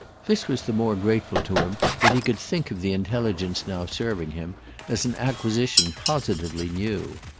this was the more grateful to him that he could think of the intelligence now serving him as an acquisition positively new.